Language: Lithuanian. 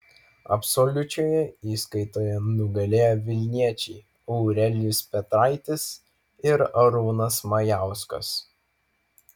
absoliučioje įskaitoje nugalėjo vilniečiai aurelijus petraitis ir arūnas majauskas